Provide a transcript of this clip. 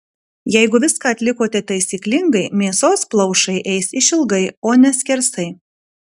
jeigu viską atlikote taisyklingai mėsos plaušai eis išilgai o ne skersai